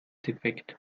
defekt